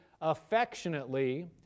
affectionately